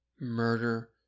murder